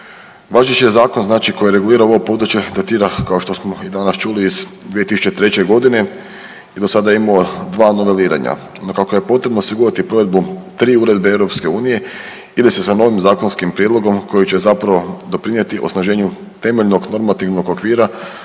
Važeći je zakon znači koji regulira ovo područje datira kao što smo i danas čuli iz 2003. godine i do sada je imao dva noveliranja. No kako je potrebno osigurati provedbu tri Europske uredbe ide se sa novim zakonskim prijedlogom koji će zapravo doprinijeti osnaženju temeljnog normativnog okvira